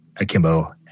akimbo